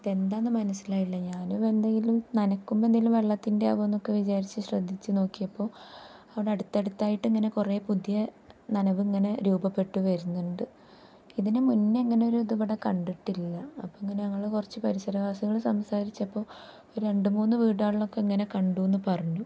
ഇത് എന്താണെന്നു മനസ്സിലായില്ല ഞാനും എന്തെങ്കിലും നനയ്ക്കുമ്പോൾ എന്തെങ്കിലും വെള്ളത്തിൻ്റെ ആകുമോ എന്നൊക്കെ വിചാരിച്ച് ശ്രദ്ധിച്ച് നോക്കിയപ്പോൾ അവിടെ അടുത്തടുത്തായിട്ടിങ്ങനെ കുറേ പുതിയ നനവ് ഇങ്ങനെ രൂപപ്പെട്ട് വരുന്നുണ്ട് ഇതിനു മുന്നെ ഇങ്ങനെ ഒരു ഇത് ഇവിടെ കണ്ടിട്ടില്ല അപ്പം ഇങ്ങനെ ഞങ്ങൾ കുറച്ച് പരിസരവാസികൾ സംസാരിച്ചപ്പോൾ ഒരു രണ്ട് മൂന്ന് വീടുകളിലൊക്കെ ഇങ്ങനെ കണ്ടുവെന്നു പറഞ്ഞു